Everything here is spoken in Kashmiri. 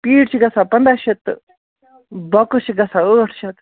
پیٖٹ چھِ گَژھان پنداہ شیٚتھ تہٕ بۄکٕس چھِ گَژھان ٲٹھ شیٚتھ